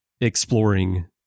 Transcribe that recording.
exploring